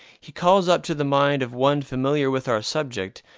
he calls up to the mind of one familiar with our subject,